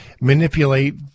manipulate